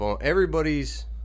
Everybody's –